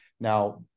now